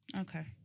Okay